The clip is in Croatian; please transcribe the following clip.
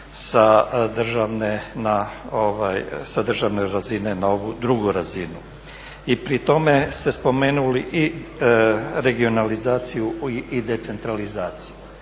sa državne razine na ovu drugu razinu. I pri tome ste spomenuli i regionalizaciju i decentralizaciju.